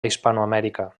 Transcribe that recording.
hispanoamèrica